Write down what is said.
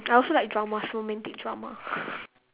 I also like dramas romantic drama